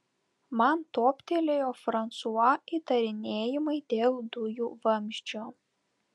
man toptelėjo fransua įtarinėjimai dėl dujų vamzdžio